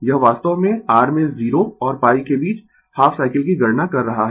यह वास्तव में r में 0 और π के बीच हाफ साइकिल की गणना कर रहा है